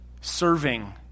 Serving